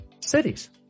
cities